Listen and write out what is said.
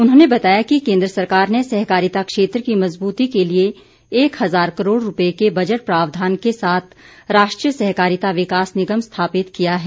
उन्होंने बताया कि केन्द्र सरकार ने सहकारिता क्षेत्र की मज़बूती के लिए एक हज़ार करोड़ रूपए के बजट प्रावधान के साथ राष्ट्रीय सहकारिता विकास निगम स्थापित किया है